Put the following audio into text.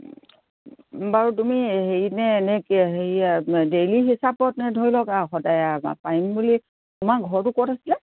বাৰু তুমি হেৰি নে এনে হেৰি ডেইলী হিচাপত নে ধৰি লওক সদায় পাৰিম বুলি তোমাৰ ঘৰটো ক'ত আছিলে